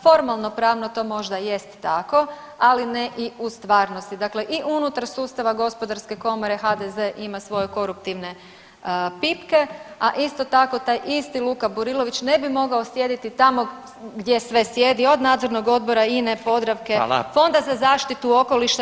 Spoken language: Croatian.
Formalno pravno to možda jest tako, ali ne i u stvarnosti dakle i unutar sustava Gospodarske komore HDZ ima svoje koruptivne pipke, a isto tako taj isti Luka Burilović ne bi mogao sjediti tamo gdje sve sjedi od Nadzornog odbora INA-e, Podravke, Fonda za zaštitu okoliša.